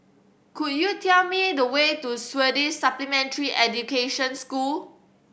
could you tell me the way to Swedish Supplementary Education School